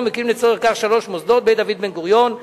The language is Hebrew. ומקים לצורך כך שלושה מוסדות: בית דוד בן-גוריון,